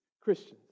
Christians